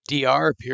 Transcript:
Dr